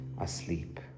asleep